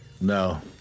No